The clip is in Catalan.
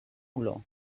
olor